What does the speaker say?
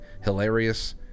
hilarious